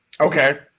okay